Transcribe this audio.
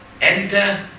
Enter